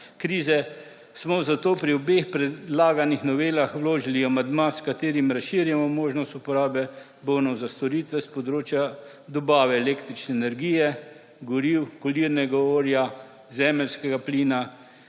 krize smo zato pri obeh predlaganih novelah vložili amandma, s katerim razširjamo možnost uporabe bonov za storitve s področja dobave električne energije, goriv, kurilnega olja, zemeljskega plina,